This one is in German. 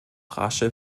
rasche